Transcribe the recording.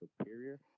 superior